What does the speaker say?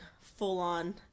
full-on